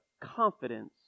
confidence